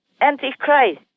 antichrist